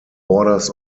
borders